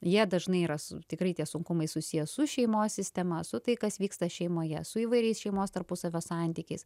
jie dažnai yra su tikrai tie sunkumai susiję su šeimos sistema su tai kas vyksta šeimoje su įvairiais šeimos tarpusavio santykiais